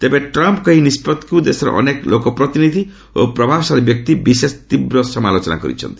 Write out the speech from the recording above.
ତେବେ ଟ୍ରମ୍ପଙ୍କ ଏହି ନିଷ୍ପଭିକ୍ ଦେଶର ଅନେକ ଲୋକପ୍ରତିନିଧି ଓ ପ୍ରଭାବଶାଳୀ ବ୍ୟକ୍ତି ବିଶେଷ ତୀବ୍ର ସମାଲୋଚନା କରିଛନ୍ତି